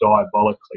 diabolically